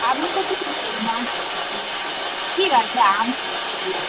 আপনি তো ঠিক